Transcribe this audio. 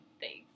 Thanks